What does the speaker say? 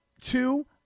Two